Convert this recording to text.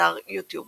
באתר יוטיוב